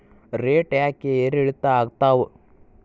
Rate ಯಾಕೆ ಏರಿಳಿತ ಆಗ್ತಾವ?